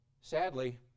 Sadly